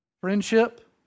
friendship